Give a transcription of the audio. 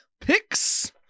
picks